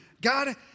God